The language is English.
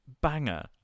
banger